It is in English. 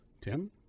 Tim